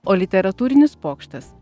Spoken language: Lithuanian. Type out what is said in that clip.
o literatūrinis pokštas